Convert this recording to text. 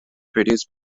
produced